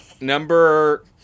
Number